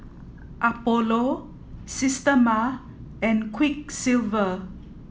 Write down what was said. Apollo Systema and Quiksilver